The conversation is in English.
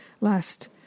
last